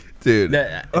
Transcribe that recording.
dude